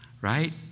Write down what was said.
Right